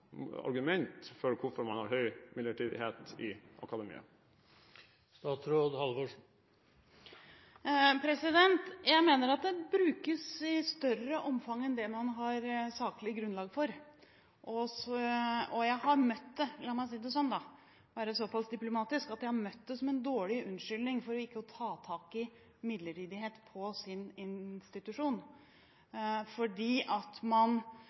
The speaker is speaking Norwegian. argument for hvorfor man har høy midlertidighet i akademia? Jeg mener at det brukes i større omfang enn det man har saklig grunnlag for, og jeg har møtt det – la meg være såpass diplomatisk og si det sånn – som en dårlig unnskyldning for ikke å ta tak i midlertidighet på sin institusjon.